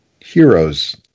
heroes